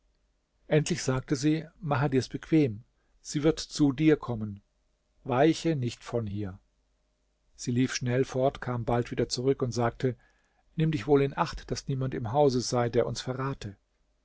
endlich sagte sie mache dir's bequem sie wird zu dir kommen weiche nicht von hier sie lief schnell fort kam bald wieder zurück und sagte nimm dich wohl in acht daß niemand im hause sei der uns verrate